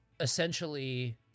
essentially